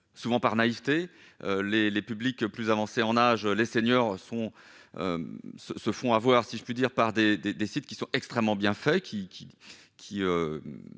souvent par naïveté les les publics plus avancée en âge, les seniors sont se font avoir, si je puis dire, par des, des, des sites qui sont extrêmement bien fait qui